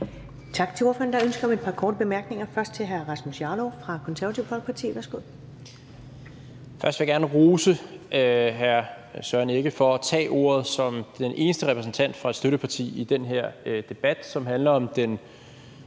Tak til ordføreren. Der er ønske om korte bemærkninger. Først er det hr. Rasmus Jarlov fra Det Konservative Folkeparti. Værsgo. Kl. 15:19 Rasmus Jarlov (KF): Først vil jeg gerne rose hr. Søren Egge Rasmussen for at tage ordet som den eneste repræsentant for et støtteparti i den her debat, som handler om den